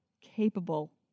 capable